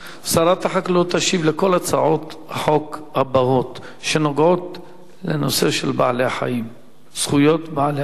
תשיב על כל הצעות החוק הבאות שנוגעות לנושא של זכויות בעלי-החיים.